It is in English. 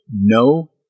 no